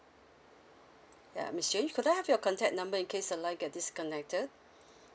ya miss jane could I have your contact number in case the line get disconnected